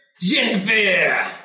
Jennifer